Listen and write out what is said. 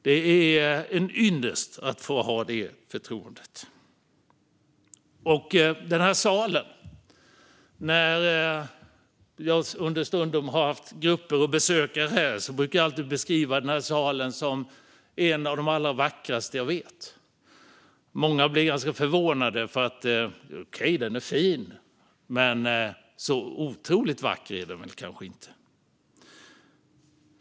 Det är en ynnest att få ha det förtroendet. När jag understundom har haft grupper av besökare här har jag ofta beskrivit den här salen som en av de allra vackraste jag vet. Många blir ganska förvånade - okej, den är fin, men så otroligt vacker är den väl inte.